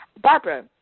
barbara